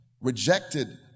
Rejected